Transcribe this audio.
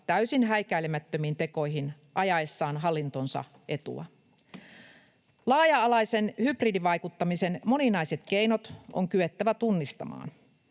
täysin häikäilemättömiin tekoihin ajaessaan hallintonsa etua. Laaja-alaisen hybridivaikuttamisen moninaiset keinot on kyettävä tunnistamaan.